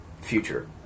future